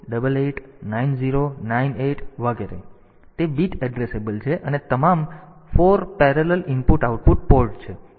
તેથી તે bit addressable છે અને તમામ 4 સમાંતર IO પોર્ટ છે